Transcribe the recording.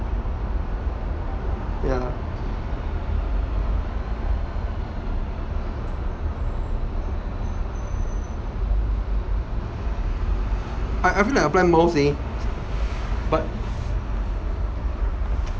yah I I feel like apply miles leh but